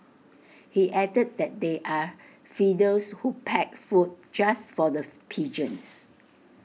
he added that they are feeders who pack food just for the pigeons